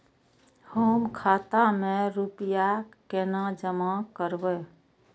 हम खाता में रूपया केना जमा करबे?